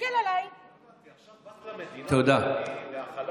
תסתכל עליי, עכשיו באת למדינה מהחל"ת.